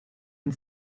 and